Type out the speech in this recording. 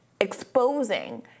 exposing